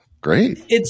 great